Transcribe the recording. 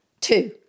two